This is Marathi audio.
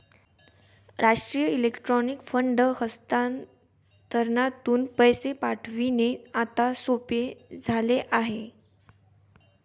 राष्ट्रीय इलेक्ट्रॉनिक फंड हस्तांतरणातून पैसे पाठविणे आता सोपे झाले आहे